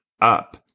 up